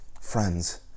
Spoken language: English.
Friends